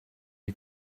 you